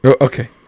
Okay